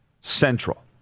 Central